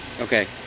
Okay